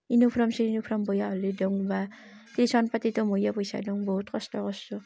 uniform চিনিফ'ৰ্ম বেয়া হ'লে দিওঁ বা টিউচন পাতিটো ময়ে পইচা দিওঁ বহুত কষ্ট কৰিছোঁ